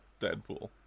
Deadpool